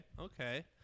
okay